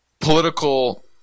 political